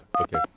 Okay